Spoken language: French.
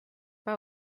pas